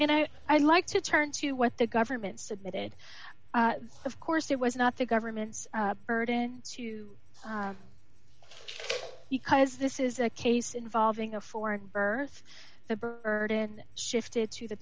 and i i'd like to turn to what the government submitted of course it was not the government's burden to because this is a case involving a foreign birth the burden shifted to the